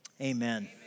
Amen